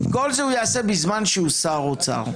את כל זה הוא יעשה בזמן שהוא שר אוצר.